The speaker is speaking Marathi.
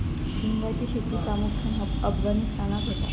हिंगाची शेती प्रामुख्यान अफगाणिस्तानात होता